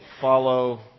follow